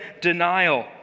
denial